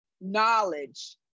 knowledge